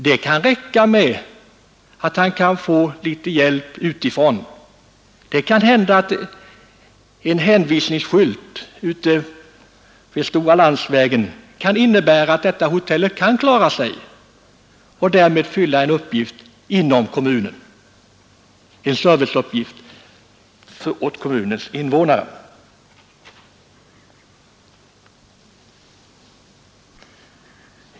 Det kan räcka med att han får litet hjälp utifrån. Det kan hända att en hänvisningsskylt ute vid stora landsvägen kan innebära att hotellet kan klara sig och därmed fylla en serviceuppgift inom kommunen.